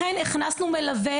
לכן הכנסנו מלווה,